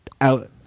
out